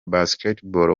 basketball